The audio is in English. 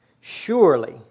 Surely